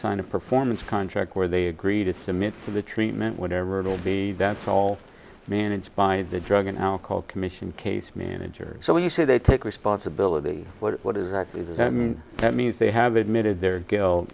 sign of performance contract where they agreed to submit for the treatment whatever it'll be that's all managed by the drug and alcohol commission case manager so when you say they take responsibility for it what exactly does that mean that means they have